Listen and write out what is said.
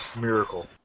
miracle